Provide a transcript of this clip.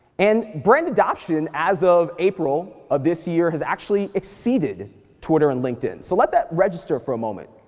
and brand adoption, as of april of this year, has actually exceeded twitter and linkedin, so let that register for a moment.